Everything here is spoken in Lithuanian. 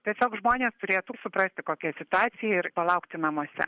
tiesiog žmonės turėtų suprasti kokia situacija ir palaukti namuose